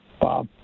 Bob